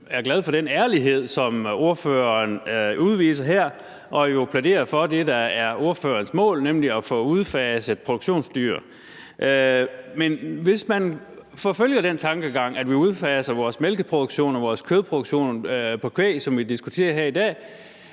Jeg er glad for den ærlighed, som ordføreren udviser her, hvor han jo plæderer for det, der er ordførerens mål, nemlig at få udfaset produktionsdyr. Men hvis man forfølger den tankegang, at vi udfaser vores mælkeproduktion og vores kødproduktion på kvæg, som vi diskuterer her i dag,